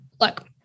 look